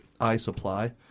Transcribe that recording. iSupply